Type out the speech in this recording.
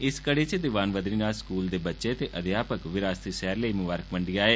इस कड़ी च दीवान बदीनाथ स्कूल दे बच्चें ते अध्यापक विरासती सैर लेई मुबारकमंडी आए